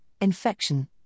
infection